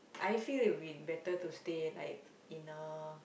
I feel it would be better to stay in like in a